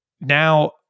Now